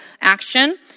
action